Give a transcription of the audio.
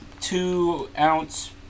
two-ounce